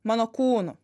mano kūnu